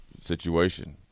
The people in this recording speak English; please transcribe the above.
situation